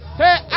hey